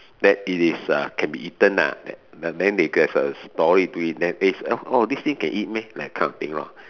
that it is uh can be eaten lah but then they has a story to eat then this oh this thing can eat meh that kind of thing lor